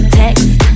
text